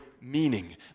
meaning